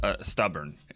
stubborn